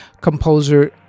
Composer